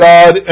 God